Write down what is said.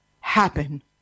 happen